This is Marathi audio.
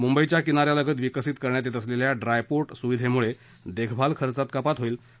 मुंबईच्या किनाऱ्यालगत विकसित करण्यात येत असलेल्या ड्राय पोर्ट सुविधेमुळे देखभाल खर्चात कपात होईल असं ते म्हणाले